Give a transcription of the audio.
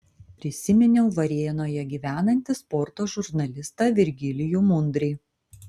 prisiminiau varėnoje gyvenantį sporto žurnalistą virgilijų mundrį